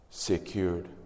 Secured